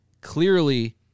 clearly